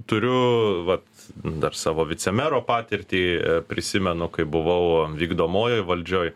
turiu vat dar savo vicemero patirtį prisimenu kaip buvau vykdomojoj valdžioj